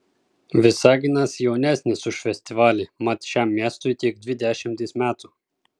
visaginas jaunesnis už festivalį mat šiam miestui tik dvi dešimtys metų